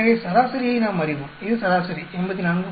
எனவே சராசரியை நாம் அறிவோம் இது சராசரி 84